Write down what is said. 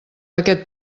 aquest